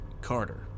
Carter